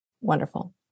wonderful